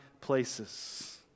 places